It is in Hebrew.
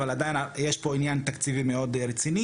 אבל עדיין יש פה עניין תקציבי מאוד רציני,